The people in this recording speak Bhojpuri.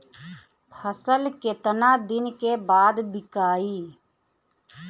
फसल केतना दिन बाद विकाई?